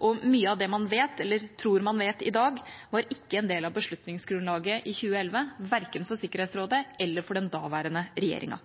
og mye av det man vet – eller tror man vet – i dag var ikke en del av beslutningsgrunnlaget i 2011, verken for Sikkerhetsrådet eller for den daværende regjeringa.